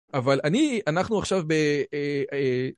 אבל אני... אנחנו עכשיו ב...